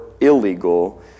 illegal